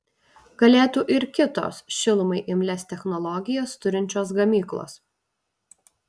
galėtų ir kitos šilumai imlias technologijas turinčios gamyklos